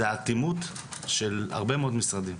זה האטימות של הרבה מאוד משרדים.